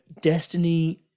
destiny